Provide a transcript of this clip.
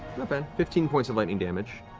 fifteen points of lightning damage